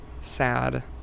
sad